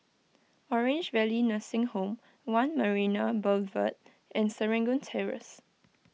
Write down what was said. Orange Valley Nursing Home one Marina Boulevard and Serangoon Terrace